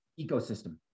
Ecosystem